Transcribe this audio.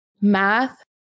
math